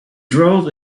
drove